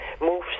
move